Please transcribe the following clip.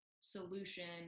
solution